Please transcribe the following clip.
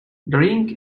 drink